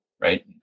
right